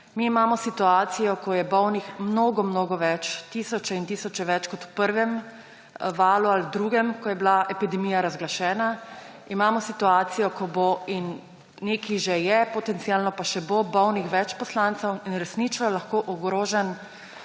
Mi imamo situacijo, ko je bolnih mnogo mnogo več, tisoče in tisoče več kot v prvem valu ali drugem, ko je bila epidemija razglašena, imamo situacijo, ko je nekaj že, potencialno pa bo še več bolnih poslancev, in resnično je lahko ogroženo